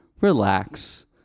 relax